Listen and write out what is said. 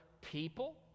people